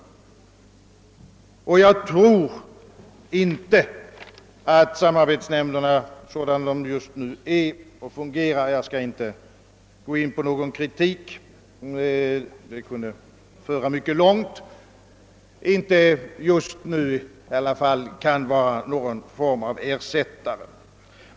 Dessa erfarenheter säger mig att samarbetsnämnderna, såsom de för närvarande fungerar — det skulle dock föra för långt att gå in på någon kritik — just nu inte kan vara någon form av ersättning för lärarrepresentationen i skolstyrelserna.